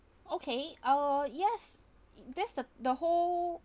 okay uh yes that's the the whole